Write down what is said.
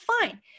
fine